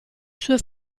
sue